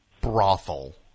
brothel